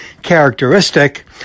characteristic